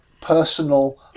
personal